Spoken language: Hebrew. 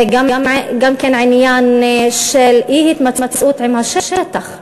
זה גם עניין של אי-התמצאות בשטח,